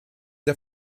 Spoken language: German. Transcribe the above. der